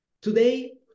Today